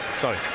sorry